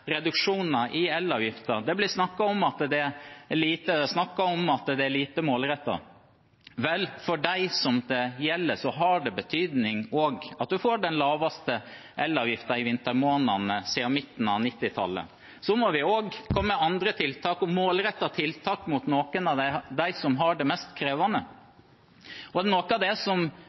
reduksjoner i elavgiften. Det blir snakket om at dette er lite snakket om og lite målrettet – vel, for dem det gjelder, har det betydning å få den laveste elavgiften i vintermånedene siden midten av 1990-tallet. Vi må også komme med andre og målrettede tiltak overfor noen av dem som har det mest krevende. Noe av det vi er